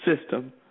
system